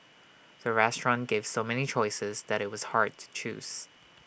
the restaurant gave so many choices that IT was hard to choose